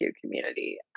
community